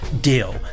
deal